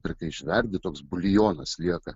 ir kai išverdi toks buljonas lieka